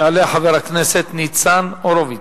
יעלה חבר הכנסת ניצן הורוביץ,